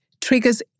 triggers